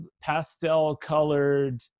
pastel-colored